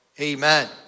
Amen